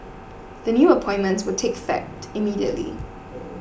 the new appointments will take effect immediately